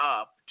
up